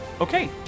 Okay